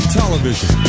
television